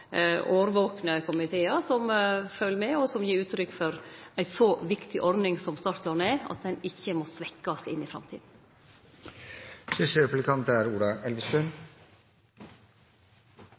årvakne komitear som følgjer med, og som gir uttrykk for at ei så viktig ordning som startlån ikkje må svekkjast i framtida. Statsråden er